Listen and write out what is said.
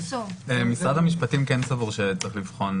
--- משרד המשפטים כן סבור שצריך לבחון